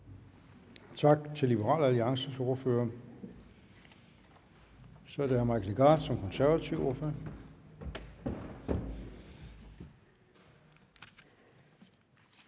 Tak til Liberal Alliances ordfører. Så er det hr. Mike Legarth som konservativ ordfører.